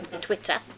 Twitter